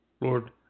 Lord